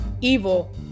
evil